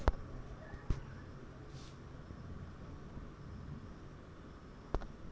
যদি জমি না থাকে তাহলে কি ব্যাংক লোন হবে না?